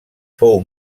fou